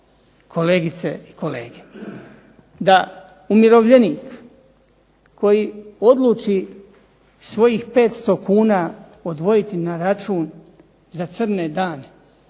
kolegice i kolege, da umirovljenik koji odluči svojih 500 kuna odvojiti na račun za crne dane